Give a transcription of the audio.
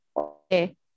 Okay